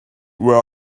where